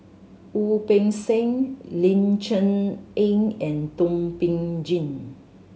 Wu Peng Seng Ling Cher Eng and Thum Ping Tjin